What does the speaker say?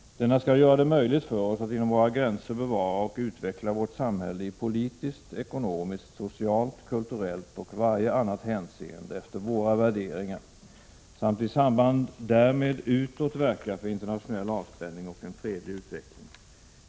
Denna skall göra det möjligt för oss att inom våra gränser bevara och utveckla vårt samhälle i politiskt, ekonomiskt, socialt, kulturellt och varje annat hänseende efter våra egna värderingar samt i samband därmed utåt verka för internationell avspänning och en fredlig utveckling.